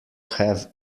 have